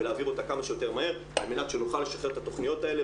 ולהעביר אותה כמה שיותר מהר על מנת שנוכל לשחרר את התכניות האלה.